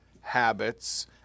habits